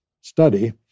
study